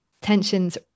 tensions